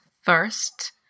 first